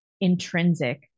intrinsic